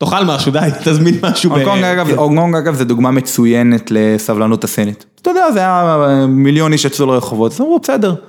תאכל משהו די, תזמין משהו. אורגונג אגב זה דוגמה מצוינת לסבלנות הסינית. אתה יודע, זה היה מיליון איש יצאו לרחובות, אז אמרו בסדר.